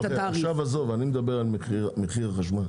אני מדבר על מחיר החשמל.